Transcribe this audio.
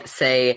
say